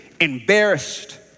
Embarrassed